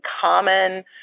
common